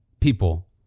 people